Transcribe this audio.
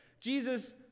Jesus